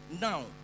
Now